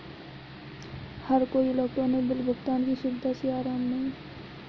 हर कोई electronic bill भुगतान की सुविधा से आराम में है